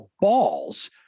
balls